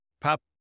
Pop